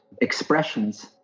expressions